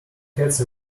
cats